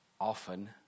often